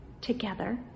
together